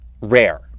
rare